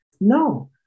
No